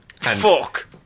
fuck